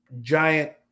giant